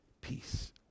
Peace